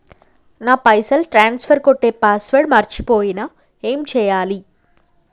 నా పైసల్ ట్రాన్స్ఫర్ కొట్టే పాస్వర్డ్ మర్చిపోయిన ఏం చేయాలి?